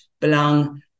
belong